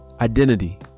identity